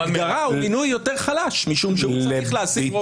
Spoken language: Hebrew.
בהגדרה הוא יותר חלש משום שהוא צריך להשיג רוב.